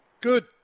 Good